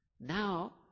Now